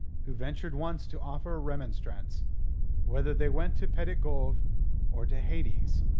who ventured once to offer a remonstrance whether they went to petit goave or to hades,